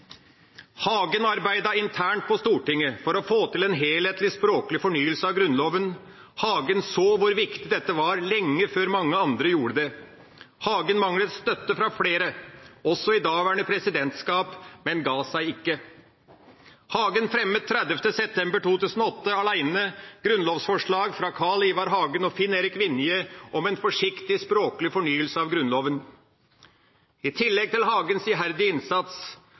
Hagen arbeidet internt på Stortinget for å få til en helhetlig språklig fornyelse av Grunnloven. Hagen så hvor viktig dette var lenge før mange andre gjorde det. Hagen manglet støtte fra flere, også i daværende presidentskap, men gav seg ikke. Hagen fremmet 30. september 2008 alene grunnlovsforslag fra Carl Ivar Hagen og Finn-Erik Vinje om en forsiktig språklig fornyelse av Grunnloven. I tillegg til Hagens iherdige innsats